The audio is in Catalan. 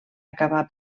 acabar